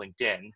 LinkedIn